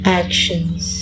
actions